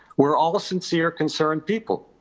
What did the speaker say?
we're all sincere, concerned people.